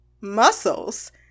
muscles